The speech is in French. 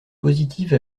positive